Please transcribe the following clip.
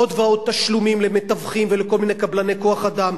עוד ועוד תשלומים למתווכים ולכל מיני קבלני כוח-אדם,